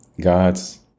God's